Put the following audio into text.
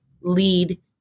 lead